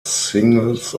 singles